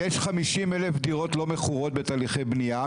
יש 50 אלף דירות לא מכורות בתהליכי בנייה,